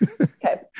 Okay